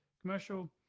commercial